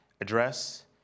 Address